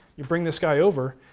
you bring this guy over.